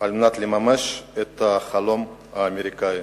על מנת לממש את החלום האמריקני.